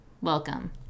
welcome